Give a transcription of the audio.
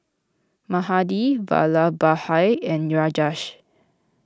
Mahade Vallabhbhai and Rajesh